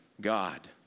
God